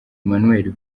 manuel